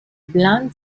blond